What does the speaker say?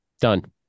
Done